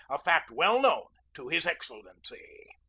a fact well known to his excellency.